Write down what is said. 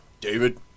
David